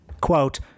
quote